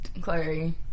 Clary